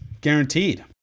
guaranteed